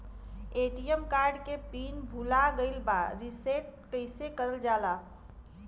ATM card के pin भूला गइल बा रीसेट कईसे करल जाला?